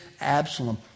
Absalom